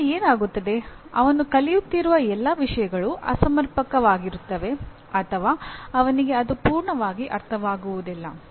ಆದ್ದರಿಂದ ಏನಾಗುತ್ತದೆ ಅವನು ಕಲಿಯುತ್ತಿರುವ ಎಲ್ಲಾ ವಿಷಯಗಳು ಅಸಮರ್ಪಕವಾಗಿರುತ್ತವೆ ಅಥವಾ ಅವನಿಗೆ ಅದು ಪೂರ್ಣವಾಗಿ ಅರ್ಥವಾಗುವುದಿಲ್ಲ